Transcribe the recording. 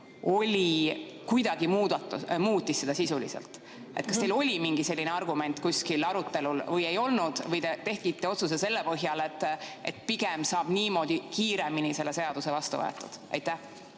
kuidagi muutis seda sisuliselt. Kas teil oli mingi argument arutelul või ei olnud? Või te tegite otsuse selle põhjal, et pigem saab niimoodi kiiremini selle seaduse vastu võetud? Kui